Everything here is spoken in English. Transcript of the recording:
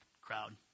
crowd